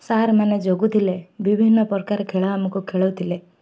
ସାର୍ମାନେ ଜଗୁଥିଲେ ବିଭିନ୍ନ ପ୍ରକାର ଖେଳ ଆମକୁ ଖେଳଉଥିଲେ